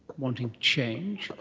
wanting to change?